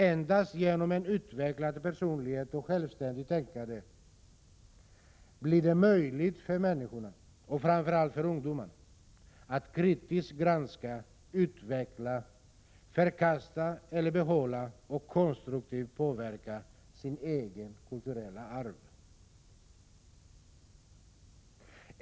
Endast genom en utvecklad personlighet och självständigt tänkande blir det möjligt för människorna och framför allt för ungdomarna att kritiskt granska, utveckla, förkasta eller behålla och konstruktivt påverka sitt eget kulturella arv.